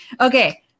Okay